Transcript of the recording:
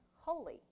holy